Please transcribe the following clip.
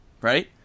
right